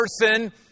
person